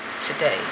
today